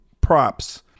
props